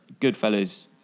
goodfellas